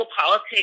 politics